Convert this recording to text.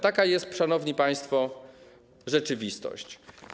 Taka jest, szanowni państwo, rzeczywistość.